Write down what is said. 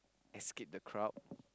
escape the crowd